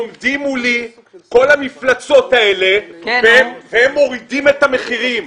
עומדות מולי כל המפלצות האלה והן מורידות את המחירים.